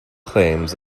claims